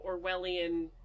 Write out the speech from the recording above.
Orwellian